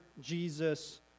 Jesus